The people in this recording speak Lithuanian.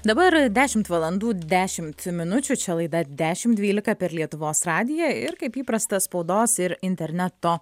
dabar dešimt valandų dešimt minučių čia laida dešimt dvylika per lietuvos radiją ir kaip įprasta spaudos ir interneto